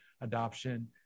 adoption